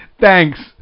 Thanks